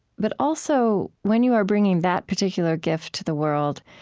but also, when you are bringing that particular gift to the world,